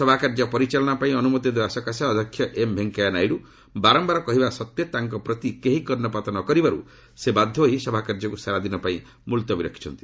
ସଭାକାର୍ଯ୍ୟ ପରିଚାଳନା ପାଇଁ ଅନୁମତି ଦେବାସକାଶେ ଅଧ୍ୟକ୍ଷ ଏମ୍ ଭେଙ୍କେୟା ନାଇଡୁ ବାରମ୍ଭାର କହିବା ସତ୍ତ୍ୱେ ତାଙ୍କ ପ୍ରତି କେହି କର୍ଷପାତ ନକରିବାରୁ ବାଧ୍ୟ ହୋଇ ସେ ସଭାକାର୍ଯ୍ୟକୁ ସାରା ଦିନ ପାଇଁ ମୁଲତବୀ ରଖିଛନ୍ତି